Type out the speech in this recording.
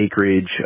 acreage